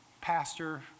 pastor